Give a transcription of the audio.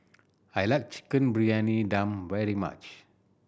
I like Chicken Briyani Dum very much